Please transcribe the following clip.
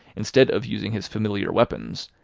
instead of using his familiar weapons,